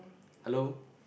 hello